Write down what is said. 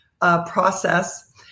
process